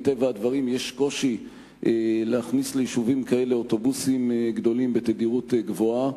מטבע הדברים קשה להכניס ליישובים כאלה אוטובוסים גדולים בתדירות גבוהה.